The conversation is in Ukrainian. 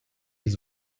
ваші